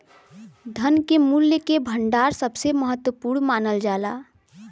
धन के मूल्य के भंडार सबसे महत्वपूर्ण मानल जाला